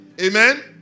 Amen